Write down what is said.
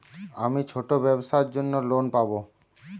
আমি ছোট ব্যবসার জন্য লোন পাব?